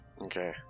Okay